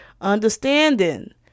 understanding